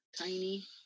tiny